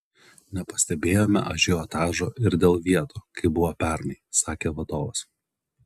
nepastebėjome ažiotažo ir dėl vietų kaip buvo pernai sakė vadovas